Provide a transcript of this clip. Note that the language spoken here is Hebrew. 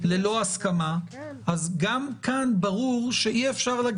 ללא הסכמה, אז גם כאן ברור שאי-אפשר ללא הסכמה.